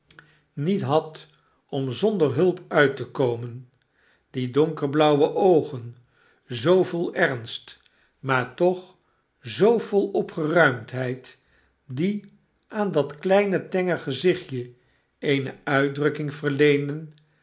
niet had om zonder hulp uit te komen die donkerblauwe oogen zoo vol ernst maar toch zoo vol opgeruimdheid die aan dat kleinetengere gezichtje eene uitdrukking verleenden